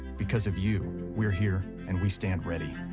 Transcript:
because of you, we're here and we stand ready.